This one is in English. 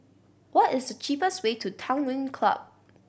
what is the cheapest way to Tanglin Club